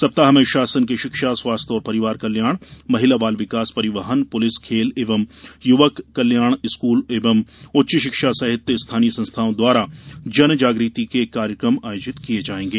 सप्ताह में शासन के शिक्षा स्वास्थ्य और परिवार कल्याण महिला बाल विकास परिवहन पुलिस खेल एवं युवक कल्याण स्कूल एवं उच्च शिक्षा सहित स्थानीय संस्थाओं द्वारा जनजागृति के कार्यकम आयोजित किये जायेंगे